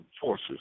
forces